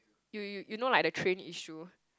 you you know like the train issue